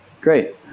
great